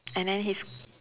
and then he's